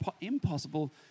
impossible